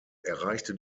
erreichte